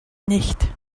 nicht